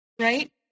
right